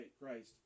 Christ